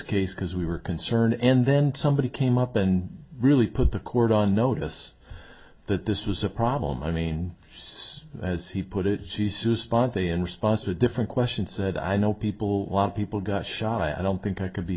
case because we were concerned and then somebody came up and really put the court on notice that this was a problem i mean yes as he put it she says sponte in response to a different question said i know people want people got shot i don't think i could be